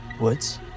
Woods